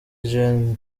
gen